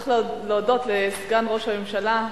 צריך להודות לסגן שר הממשלה,